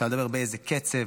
אפשר לדבר באיזה קצב,